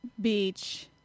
Beach